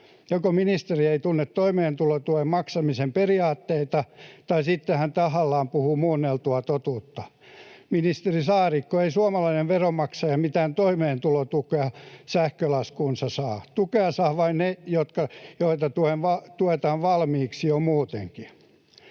Joko ministeri ei tunne toimeentulotuen maksamisen periaatteita tai sitten hän tahallaan puhuu muunneltua totuutta. Ministeri Saarikko, ei suomalainen veronmaksaja mitään toimeentulotukea sähkölaskuunsa saa. Tukea saavat vain ne, joita tuetaan valmiiksi jo muutenkin.